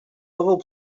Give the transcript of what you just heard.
level